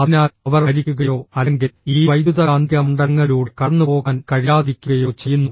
അതിനാൽ അവർ മരിക്കുകയോ അല്ലെങ്കിൽ ഈ വൈദ്യുതകാന്തിക മണ്ഡലങ്ങളിലൂടെ കടന്നുപോകാൻ കഴിയാതിരിക്കുകയോ ചെയ്യുന്നു